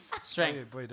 Strength